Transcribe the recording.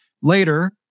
later